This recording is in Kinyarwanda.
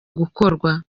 gukorwa